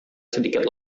sedikit